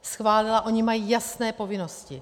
Schválila, oni mají jasné povinnosti.